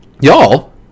Y'all